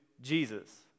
Jesus